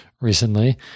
recently